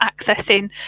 accessing